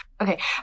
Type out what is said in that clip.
Okay